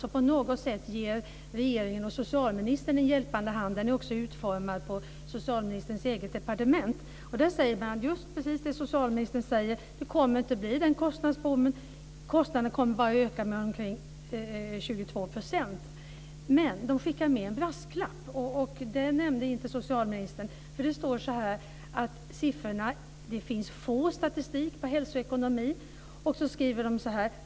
Det är bilaga 8, Kommer det att finnas en hjälpande hand?, och den är utformad på socialministerns eget departement. Där säger man precis det som socialministern säger, nämligen att det inte kommer att bli en sådan här kostnadsboom. Kostnaden kommer bara att öka med omkring Men man skickar med en brasklapp också, och den nämnde inte socialministern. Det står så här: Det finns lite statistik på hälsa och ekonomi.